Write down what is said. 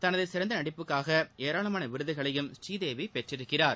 தனது சிறந்த நடிப்புக்காக ஏராளமான விருதுகளையும் ஸ்ரீதேவி பெற்றிருந்தார்